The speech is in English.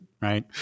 Right